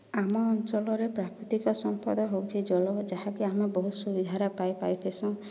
ଆମ ଅଞ୍ଚଳରେ ପ୍ରାକୃତିକ ସମ୍ପଦ ହଉଛି ଜଳ ଯାହାକି ଆମେ ବହୁତ୍ ସୁବିଧାରେ ପାଇ ପାରିଥିସୁଁ